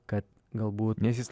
kad galbūt nes jis